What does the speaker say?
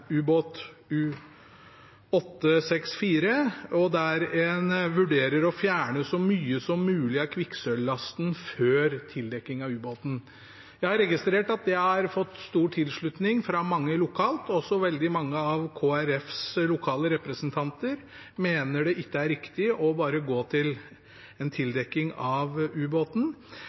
og SV foreslått at Stortinget skal få en egen sak om ubåten «U-864», der en vurderer å fjerne så mye som mulig av kvikksølvlasten før tildekking av ubåten. Jeg har registrert at det har fått stor tilslutning fra mange lokalt, og også veldig mange av Kristelig Folkepartis lokale representanter mener det ikke er riktig å bare gå til en tildekking